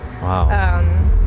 Wow